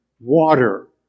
water